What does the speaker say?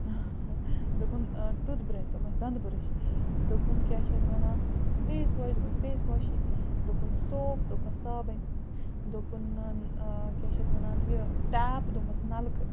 دوٚپُن tooth brush دوٚپمَس دَندٕ بٕرٕش دوٚپُن کیٛاہ چھِ اَتھ وَنان فیس واش دوٚپمَس فیس واشٕے دوٚپُن سوپ دوٚپمَس صابَنۍ دوٚپُن کیٛاہ چھِ اَتھ وَنان یہِ ٹیپ دوٚپمَس نَلکہٕ